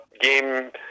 game